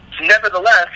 Nevertheless